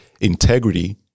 integrity